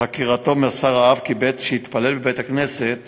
בחקירתו מסר האב כי בעת שהתפלל בבית-הכנסת